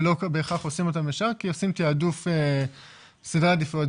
ולא בהכרח עושים אותם ישר כי עושים תיעדוף סדרי עדיפויות.